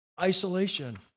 isolation